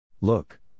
Look